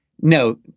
no